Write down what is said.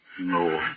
No